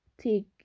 take